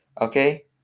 Okay